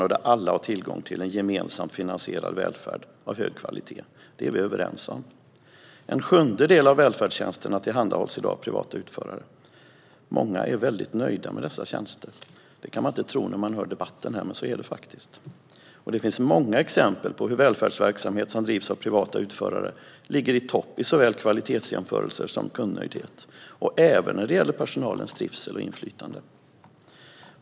Alla ska ha tillgång till en gemensamt finansierad välfärd av hög kvalitet - det är vi överens om. En sjundedel av välfärdstjänsterna tillhandahålls i dag av privata utförare. Många är väldigt nöjda med dessa tjänster. Det kan man inte tro när man hör debatten här, men så är det faktiskt. Det finns många exempel på hur välfärdsverksamhet som drivs av privata utförare ligger i topp i såväl kvalitetsjämförelser som när det gäller kundnöjdhet och personalens trivsel och inflytande.